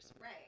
Right